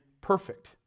perfect